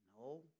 No